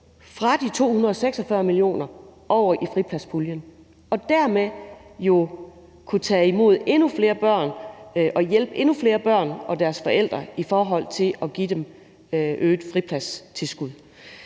fra de 246 mio. kr. over i fripladspuljen. Og dermed kunne de jo tage imod endnu flere børn og hjælpe endnu flere børn og deres forældre i forhold til at give dem øget fripladstilskud.